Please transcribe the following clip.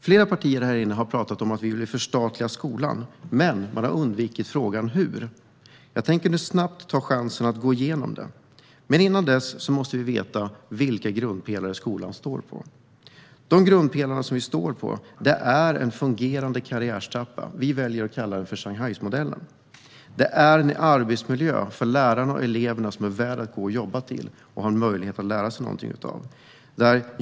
Flera partier har liksom oss talat om att förstatliga skolan men undvikit frågan hur det ska gå till. Jag tänker ta chansen att snabbt gå igenom detta. Men först måste vi veta vilka grundpelare skolan står på. De grundpelare vi står på är en fungerande karriärtrappa - vi väljer att kalla det Shanghaimodellen - och en arbetsmiljö för lärare och elever som är värd att gå och jobba för och där man har möjlighet att lära sig.